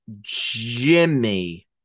Jimmy